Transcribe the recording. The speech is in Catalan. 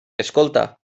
escolta